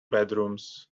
bedrooms